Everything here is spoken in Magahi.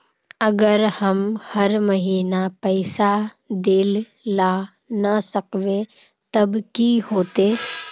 अगर हम हर महीना पैसा देल ला न सकवे तब की होते?